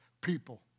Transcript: People